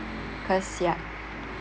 because ya